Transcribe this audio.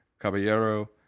Caballero